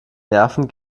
nerven